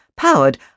Powered